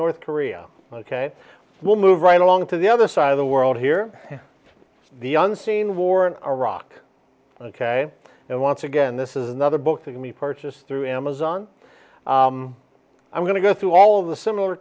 north korea ok we'll move right along to the other side of the world here the unseen war in iraq ok and once again this is another book that can be purchased through amazon i'm going to go through all of the similar